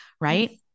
right